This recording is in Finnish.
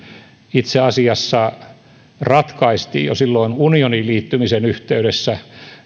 itse asiassa ratkaistiin jo silloin unioniin liittymisen yhteydessä